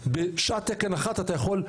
בשעת תקן אחת אתה יכול,